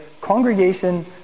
congregation